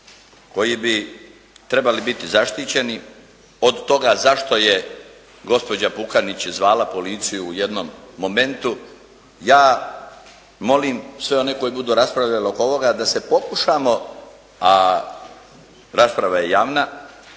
koji bi trebali biti zaštićeni od toga zašto je gospođa Pukanić zvala policiju u jednom momentu, ja molim sve one koje budu raspravljali oko ovoga, da se pokušamo, a rasprava je javna,